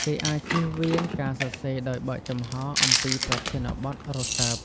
គេអាចជៀសវាងការសរសេរដោយបើកចំហអំពីប្រធានបទរសើប។